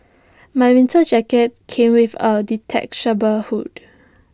my winter jacket came with A detachable hood